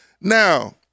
Now